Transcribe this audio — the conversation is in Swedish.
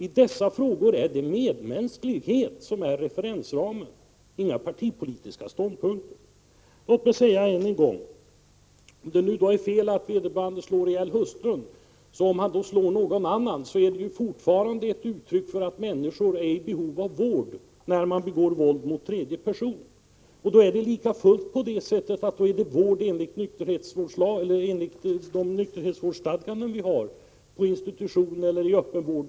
I dessa frågor är det medmänsklighet som är referensramen — inte partipolitiska ståndpunkter. Låt mig säga än en gång: Om det är fel att vederbörande slår ihjäl sin hustru, så är det om han slår ihjäl någon annan och alltså begår våld mot tredje person fortfarande ett uttryck för att han är i behov av vård. Det är lika fullt på det sättet att det är vård på institution eller öppen vård som han skall ha enligt nykterhetsstadgan.